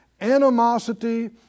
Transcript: animosity